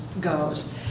goes